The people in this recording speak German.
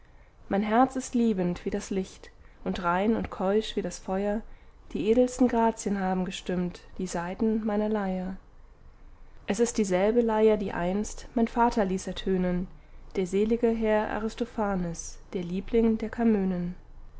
mein herz ist liebend wie das licht und rein und keusch wie das feuer die edelsten grazien haben gestimmt die saiten meiner leier es ist dieselbe leier die einst mein vater ließ ertönen der selige herr aristophanes der liebling der kamönen